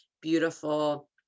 beautiful